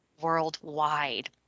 worldwide